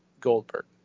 Goldberg